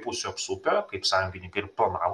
pusių apsupę kaip sąjungininkai ir planavo